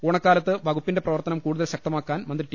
ഓണക്കാലത്ത് വകുപ്പിന്റെ പ്രവർത്തനം കൂടുതൽ ശക്തമാ ക്കാൻ മന്ത്രി ടി